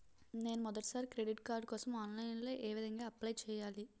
నేను మొదటిసారి credit card కోసం ఆన్లైన్ లో ఏ విధంగా అప్లై చేయాలి?